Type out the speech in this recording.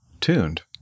tuned